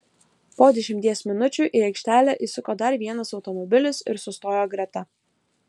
po dešimties minučių į aikštelę įsuko dar vienas automobilis ir sustojo greta